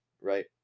right